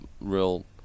real